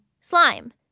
slime